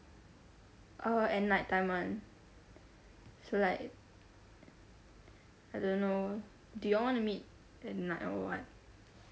uh at night time [one] so like I don't know do y'all wanna meet at night or what